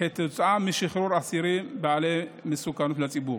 כתוצאה משחרור האסירים בעלי מסוכנות לציבור,